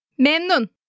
Memnun